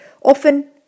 often